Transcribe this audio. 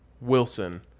Wilson